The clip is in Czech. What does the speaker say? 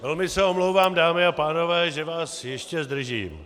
Velmi se omlouvám dámy a pánové, že vás ještě zdržím.